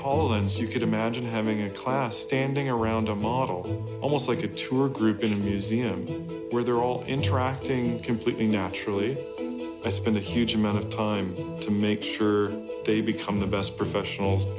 all and so you could imagine having your class standing around a model almost like a true or a group in museums where they're all interacting completely naturally i spend a huge amount of time to make sure they become the best professionals